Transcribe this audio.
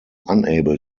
unable